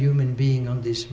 human being on this